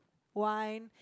wine